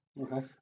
Okay